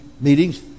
meetings